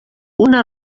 una